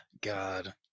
God